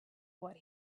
what